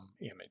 image